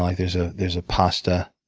like there's ah there's a pasta,